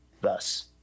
Thus